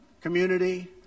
community